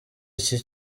iki